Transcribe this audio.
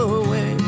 away